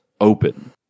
open